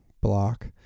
block